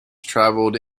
travelled